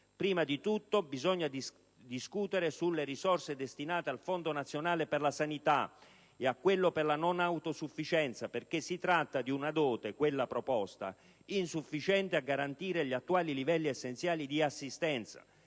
prima di tutto bisogna discutere sulle risorse destinate al Fondo nazionale per la sanità e a quello per la non autosufficienza, perché si tratta di una dote, quella proposta, insufficiente a garantire gli attuali livelli essenziali di assistenza.